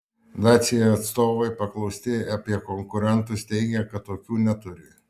dacia atstovai paklausti apie konkurentus teigia kad tokių neturi